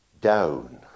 down